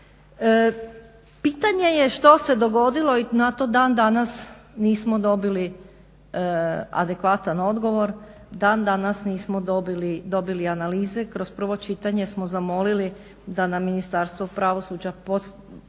Pitanje je što se dogodilo i na to dan danas nismo dobili adekvatan odgovor, dan danas nismo dobili analize. Kroz prvo čitanje smo zamolili da nam Ministarstvo pravosuđa podastre